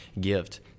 gift